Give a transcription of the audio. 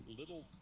little